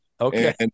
Okay